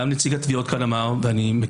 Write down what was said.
גם נציג התביעות כאן אמר,